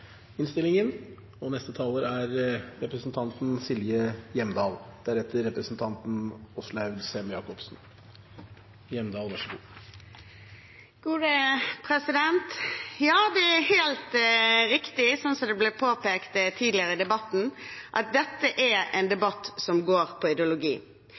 Ja, det er helt riktig som det ble påpekt tidligere i debatten, at dette er en debatt som går på ideologi.